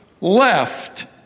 left